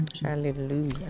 hallelujah